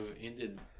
ended